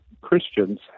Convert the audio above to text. Christians